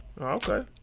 Okay